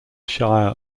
shire